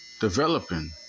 developing